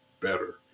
better